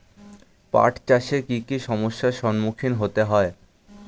পাঠ চাষে কী কী সমস্যার সম্মুখীন হতে হয়?